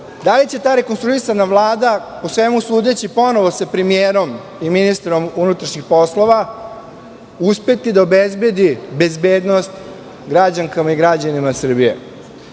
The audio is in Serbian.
da li će ta rekonstruisana Vlada, po svemu sudeći, ponovo sa premijerom i ministrom unutrašnjih poslova, uspeti da obezbedi bezbednost građankama i građanima Srbije? Kada